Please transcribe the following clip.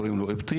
קוראים לו איבטין.